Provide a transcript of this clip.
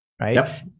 right